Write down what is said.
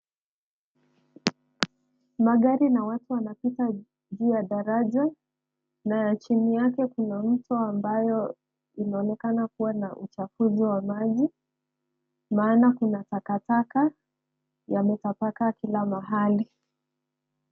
Magari na watu wanapita juu ya daraja na chini yake kuna mto ambayo inaonekana kuwa na uchafuzi wa maji maana kuna takataka yametapakaa kila mahali.